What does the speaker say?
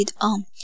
on